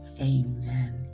amen